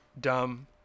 dumb